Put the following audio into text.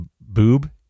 Boob